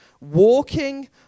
walking